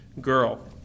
girl